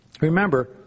Remember